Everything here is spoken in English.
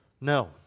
No